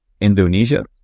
Indonesia